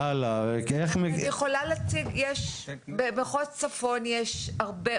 אני יכולה להציג, במחוז צפון יש הרבה.